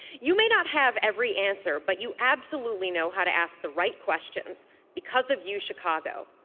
you may not have every answer. but you absolutely know how to ask the right questions because of u chicago.